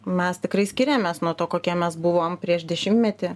mes tikrai skiriamės nuo to kokie mes buvom prieš dešimtmetį